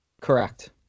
Correct